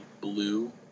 blue